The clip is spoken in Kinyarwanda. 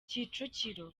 kicukiro